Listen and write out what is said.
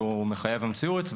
ומחייב המציאות,